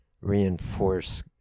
reinforce